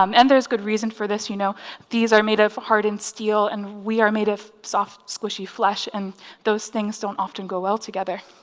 um and there's good reason for this. you know these are made of hardened steel and we are made of soft squishy flesh. and those things don't often go well together.